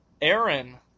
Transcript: Aaron